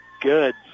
good